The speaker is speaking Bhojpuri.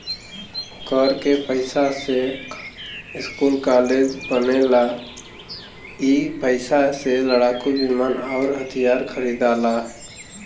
कर के पइसा से स्कूल कालेज बनेला ई पइसा से लड़ाकू विमान अउर हथिआर खरिदाला